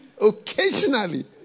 Occasionally